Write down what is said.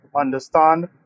understand